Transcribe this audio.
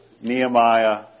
Nehemiah